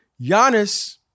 Giannis